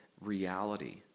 reality